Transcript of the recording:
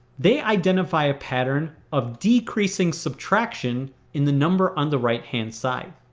they identify a pattern of decreasing subtraction in the number on the right hand side.